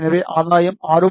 எனவே ஆதாயம் 6